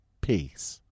Peace